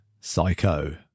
Psycho